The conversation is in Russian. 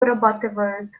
вырабатывают